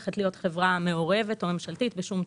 המדינה, התשי"א-1951.